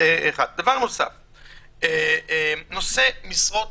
דבר נוסף, נושא משרות